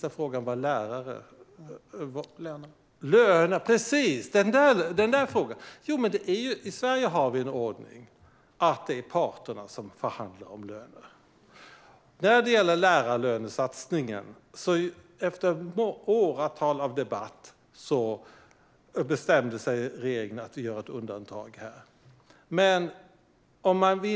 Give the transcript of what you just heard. Angående lärarnas löner har vi i Sverige ordningen att parterna förhandlar om löner. Men efter åratal av debatt bestämde sig regeringen för att göra ett undantag i och med lärarlönesatsningen.